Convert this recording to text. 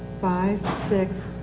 five six.